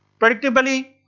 predictably,